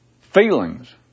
feelings